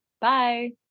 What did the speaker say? Bye